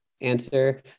answer